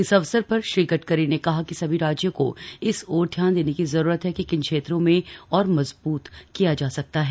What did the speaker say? इस अवसर पर श्री गडकरी ने कहा कि सभी राज्यों को इस ओर ध्यान देने की जरूरत है कि किन क्षेत्रों में और मजबूत किया जा सकता है